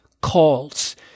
calls